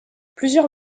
plusieurs